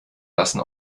lassen